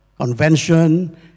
convention